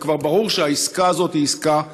וכבר ברור שהעסקה הזאת היא עסקה רעה.